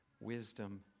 wisdom